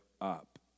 up